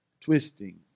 twisting